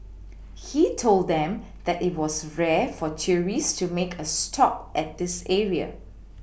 he told them that it was rare for tourists to make a stop at this area